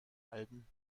alben